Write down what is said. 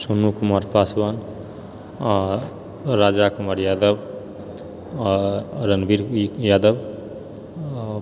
सोनू कुमार पासवान आ राजा कुमार यादव आ रणबीर यादव आ